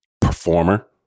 performer